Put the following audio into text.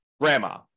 grandma